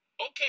Okay